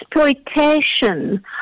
exploitation